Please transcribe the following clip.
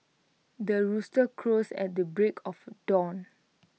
the rooster crows at the break of dawn